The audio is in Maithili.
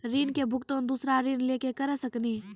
ऋण के भुगतान दूसरा ऋण लेके करऽ सकनी?